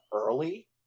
early